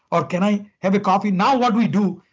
or, can i have a coffee? now what we do,